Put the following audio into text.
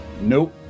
nope